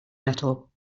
metal